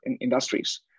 industries